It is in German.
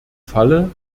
falle